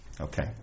Okay